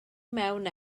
mewn